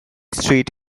street